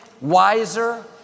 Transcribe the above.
wiser